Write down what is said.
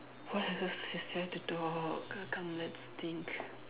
what else is there to talk c~ come let's think